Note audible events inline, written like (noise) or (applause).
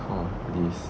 (laughs) please